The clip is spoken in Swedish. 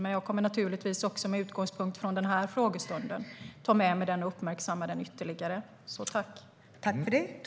Men jag kommer naturligtvis, också med utgångspunkt från den här frågestunden, att ta med mig den och uppmärksamma den ytterligare. Tack för det!